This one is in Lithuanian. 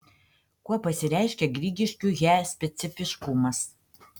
kuo pasireiškia grigiškių he specifiškumas